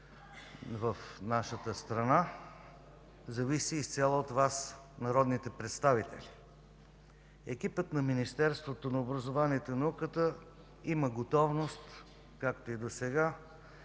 в нашата страна, зависи изцяло от Вас, народните представители. Екипът на Министерство на образованието и науката има готовност, както и досега,